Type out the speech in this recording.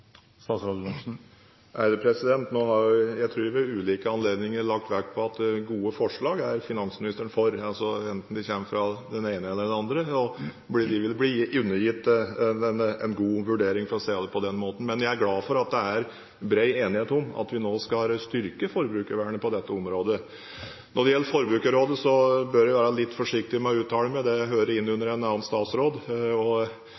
Nå tror jeg at jeg ved ulike anledninger har lagt vekt på at gode forslag er finansministeren for, enten de kommer fra den ene eller den andre. De vil bli undergitt en god vurdering, for å si det på den måten. Men jeg er glad for at det er bred enighet om at vi nå skal styrke forbrukervernet på dette området. Når det gjelder Forbrukerrådet, bør jeg være litt forsiktig med å uttale meg. Det hører inn